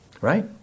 Right